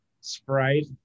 Sprite